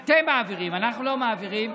אתם מעבירים, אנחנו לא מעבירים,